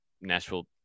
Nashville